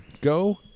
Go